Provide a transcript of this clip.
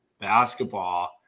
basketball